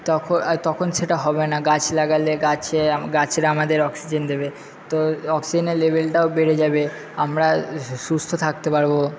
তখন সেটা হবে না গাছ লাগালে গাছে গাছরা আমাদের অক্সিজেন দেবে তো অক্সিজেনের লেভেলটাও বেড়ে যাবে আমরা সুস্থ থাকতে পারব